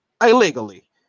illegally